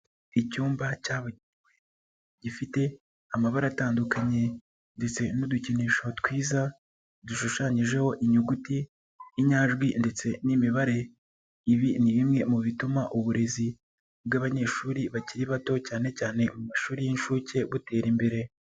Icyumba cyabagenewe gifite amabara atandukanye ndetse n'udukinisho twiza dushushanyijeho inyuguti, inyajwi ndetse n'imibare, ibi ni bimwe mu bituma uburezi bw'abanyeshuri bakiri bato cyane cyane amashuri y'inshuke butera imbere.